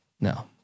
No